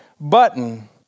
button